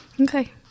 Okay